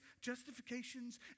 justifications